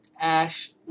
Ash